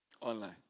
Online